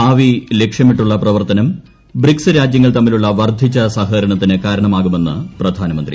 ഭാവി ലക്ഷ്യമിട്ടുള്ള പ്രവർത്തനം ബ്രിക്സ് രാജ്യങ്ങൾ തമ്മിലുള്ള വർദ്ധിച്ച സഹകരണത്തിന് കാരണമാകുമെന്ന് പ്രധാനമന്ത്രി